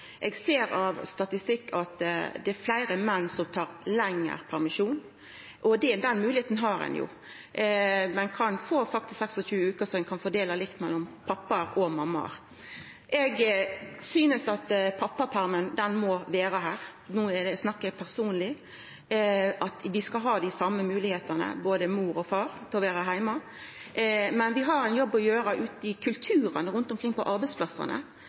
Eg ser av statistikken at det er fleire menn som tar lengre permisjon, og den moglegheita har ein jo. Ein kan faktisk få 26 veker som ein kan fordela likt mellom pappaer og mammaer. Eg synest at pappapermen må vera her. No snakkar eg personleg. Mor og far skal ha dei same moglegheitene til å vera heime, men vi har ein jobb å gjera med kulturen rundt om på arbeidsplassane.